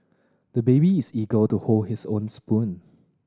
the baby is eager to hold his own spoon